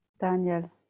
Daniel